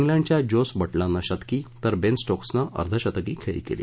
किंडच्या Jos बटलरनं शतकी तर बेन स्टोक्सनं अर्धशतकी खेळी केली